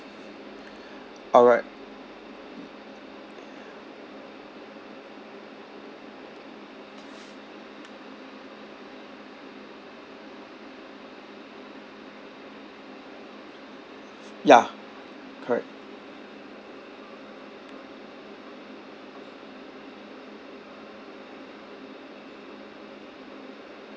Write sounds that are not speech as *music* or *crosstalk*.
all right *noise* ya correct